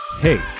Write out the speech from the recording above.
hey